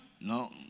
No